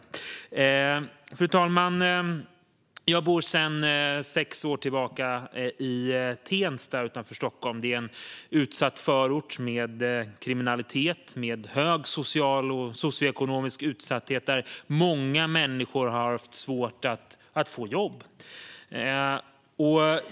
Fru talman! Jag bor sedan sex år tillbaka i Tensta utanför Stockholm. Det är en utsatt förort med kriminalitet och hög social och socioekonomisk utsatthet och där många människor har haft svårt att få jobb.